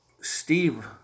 Steve